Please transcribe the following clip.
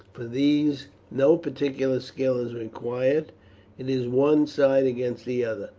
for these no particular skill is required it is one side against the other.